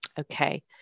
Okay